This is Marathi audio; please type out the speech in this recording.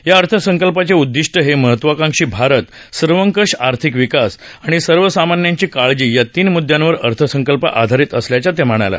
या अर्थसंकल्पाचे उददिष्ट हे महत्वाकांक्षी भारत सर्वंकष आर्थिक विकास आणि सर्वसामान्यांची काळजी या तीन मुद्द्यांवर अर्थसंकल्प आधारित असल्याचे त्या म्हणाल्या